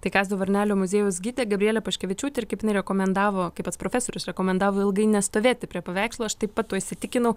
tai kazio varnelio muziejaus gidė gabrielė paškevičiūtė ir kaip jinai rekomendavo kaip pats profesorius rekomendavo ilgai nestovėti prie paveikslo aš taip pat tuo įsitikinau